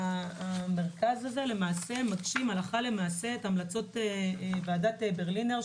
המרכז הזה מגשים הלכה למעשה את המלצות ועדת ברלינר,